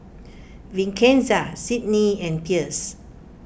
Vincenza Sydnie and Pierce